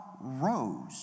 rose